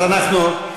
אז אנחנו,